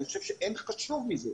אני חושב שאין חשוב מזה.